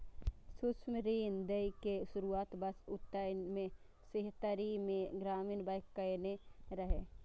सूक्ष्म ऋण दै के शुरुआत वर्ष उन्नैस सय छिहत्तरि मे ग्रामीण बैंक कयने रहै